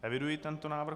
Eviduji tento návrh.